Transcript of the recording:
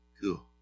Cool